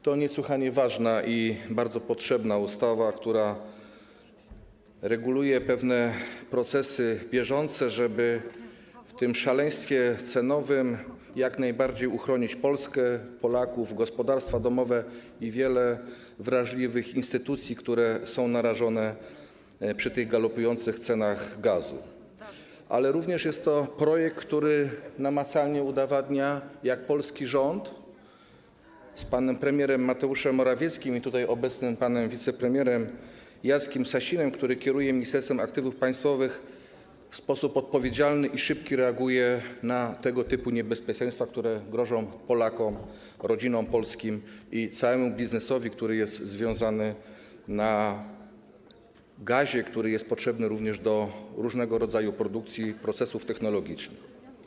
To niesłychanie ważna i bardzo potrzebna ustawa, która reguluje pewne procesy bieżące, żeby w tym szaleństwie cenowym jak najbardziej uchronić Polskę, Polaków, gospodarstwa domowe i wiele wrażliwych instytucji, które są narażone na te galopujące ceny gazu, ale jest to również projekt, który namacalnie udowadnia, że polski rząd z panem premierem Mateuszem Morawieckim i tutaj obecnym panem wicepremierem Jackiem Sasinem, który kieruje Ministerstwem Aktywów Państwowych, w sposób odpowiedzialny i szybki reaguje na tego typu niebezpieczeństwa, które grożą Polakom, polskim rodzinom i całemu biznesowi, który jest oparty na gazie, który jest potrzebny również do różnego rodzaju produkcji i procesów technologicznych.